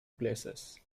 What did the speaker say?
places